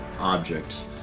object